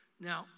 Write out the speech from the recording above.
Now